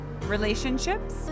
relationships